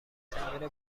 تغییر